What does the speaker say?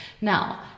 Now